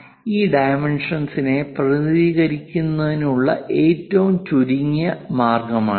അതിനാൽ ഈ ഡൈമെൻഷനെ പ്രതിനിധീകരിക്കുന്നതിനുള്ള ഏറ്റവും ചുരുങ്ങിയ മാർഗ്ഗമാണിത്